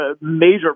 major